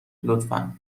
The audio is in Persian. لطفا